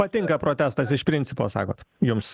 patinka protestas iš principo sakot jums